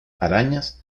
arañas